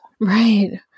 Right